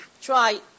try